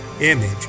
image